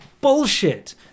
Bullshit